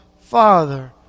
Father